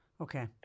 Okay